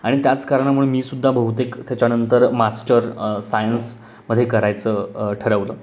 आणि त्याच कारणामुळे मी सुद्धा बहुतेक त्याच्यानंतर मास्टर सायन्स मध्ये करायचं ठरवलं